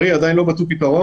לצערי, עדיין לא מצאו פתרון.